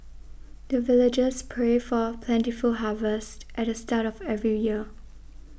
the villagers pray for plentiful harvest at the start of every year